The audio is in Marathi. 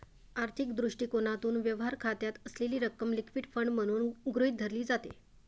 आर्थिक दृष्टिकोनातून, व्यवहार खात्यात असलेली रक्कम लिक्विड फंड म्हणून गृहीत धरली जाते